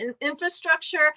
infrastructure